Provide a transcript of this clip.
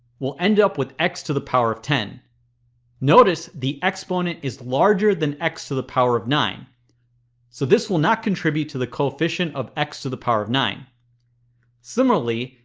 we'll end up with x to the power of ten notice the exponent is larger than x to the power of nine so this will not contribute to the coefficient of x to the power of nine similarly,